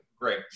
Great